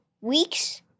weeks